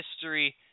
history